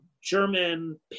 German